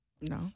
No